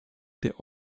der